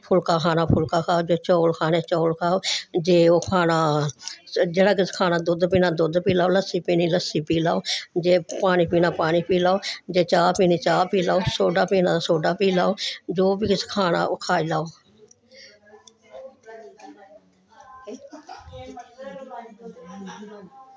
फुल्का खाना फुल्का खाओ जिस चौल खाने चौल खाओ जे ओह् खाना जेह्ड़ा किश खाना दुद्ध पीना दुद्ध पी लैओ लस्सी पीनी लस्सी पी लैओ जे पानी पीना पानी पी लैओ जे चाह् पीनी चाह् पी लैओ सोडा पीना सोडा पी लैओ जो बी किश खाना ओह् खाई लैओ